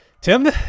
Tim